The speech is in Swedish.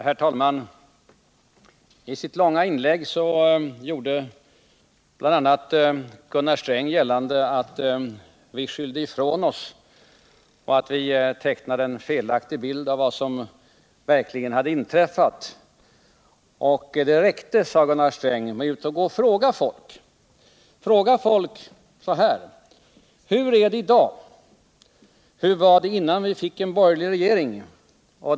Herr talman! I sitt långa inlägg gjorde Gunnar Sträng bl.a. gällande att vi skyllde ifrån oss och tecknade en felaktig bild av vad som verkligen hade inträffat. Det räckte, sade Gunnar Sträng, med att gå ut och fråga folk så här: Hur är det i dag, och hur var det innan vi fick en borgerlig regering?